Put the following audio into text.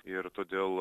ir todėl